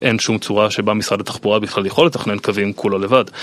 אין שום צורה שבה משרד התחבורה בכלל יכול לתכנן קווים כולו לבד.